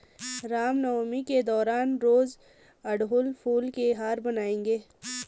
रामनवमी के दौरान रोज अड़हुल फूल के हार बनाएंगे